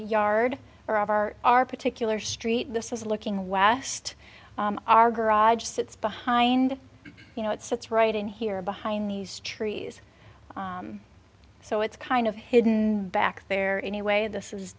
yard or our our particular street this is looking west our garage sits behind you know it sits right in here behind these trees so it's kind of hidden back there anyway this